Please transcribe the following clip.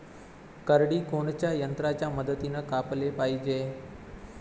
करडी कोनच्या यंत्राच्या मदतीनं कापाले पायजे?